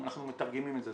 אם אנחנו מתרגמים את זה,